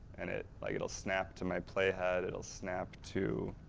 and it like it'll snap to my play head, it'll snap to